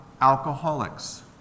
alcoholics